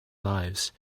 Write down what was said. lives